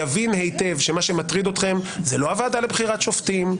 יבין היטב שמה שמטריד אתכם זו לא הוועדה לבחירת שופטים,